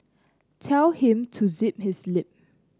tell him to zip his lip